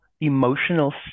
emotional